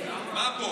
מה בוא?